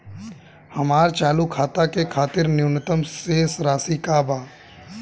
हमार चालू खाता के खातिर न्यूनतम शेष राशि का बा?